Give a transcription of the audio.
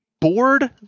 board